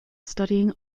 studying